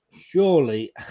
surely